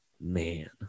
man